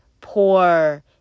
poor